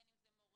בין אם זה מורה,